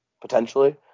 potentially